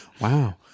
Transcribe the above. Wow